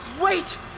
Wait